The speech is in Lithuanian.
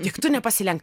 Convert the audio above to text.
juk tu nepasilenk